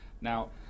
Now